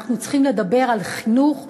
אנחנו צריכים לדבר על חינוך,